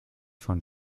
von